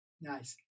Nice